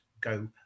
go